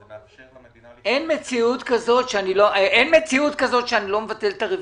זה מאפשר למדינה -- אין מציאות כזאת שאני לא מבטל את הרביזיה.